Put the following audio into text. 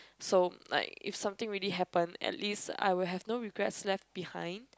so like if something really happen at least I will have no regrets left behind